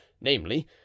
namely